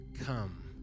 come